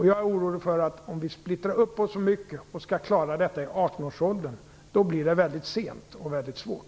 Jag är orolig för att det, om vi splittrar upp oss för mycket och detta skall klaras i 18-årsåldern, blir väldigt sent och väldigt svårt.